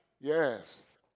Yes